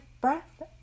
breath